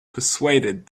persuaded